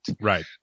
right